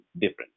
different